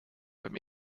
beim